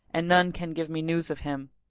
and none can give me news of him.